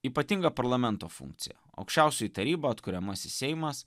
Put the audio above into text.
ypatinga parlamento funkcija aukščiausioji taryba atkuriamasis seimas